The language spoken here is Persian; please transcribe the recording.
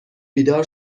بیدار